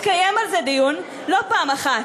התקיים על זה דיון, לא פעם אחת.